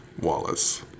Wallace